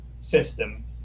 system